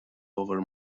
over